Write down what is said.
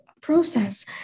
process